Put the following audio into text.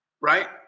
right